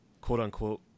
quote-unquote